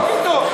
לא, מה פתאום.